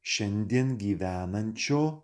šiandien gyvenančio